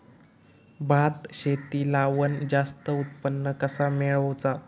भात शेती लावण जास्त उत्पन्न कसा मेळवचा?